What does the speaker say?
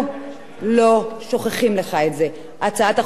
הצעת החוק הזו באה לתקן את המצב האבסורדי הזה בעקבות,